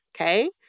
Okay